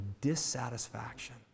dissatisfaction